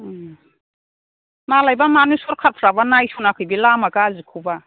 मालायबा मानो सरखारफ्राबा नायस'नाखै बे लामा गाज्रिखौबा